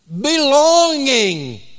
Belonging